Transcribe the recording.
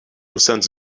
sense